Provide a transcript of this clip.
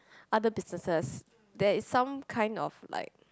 other businesses there is some kind of like